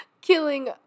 killing